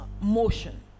motion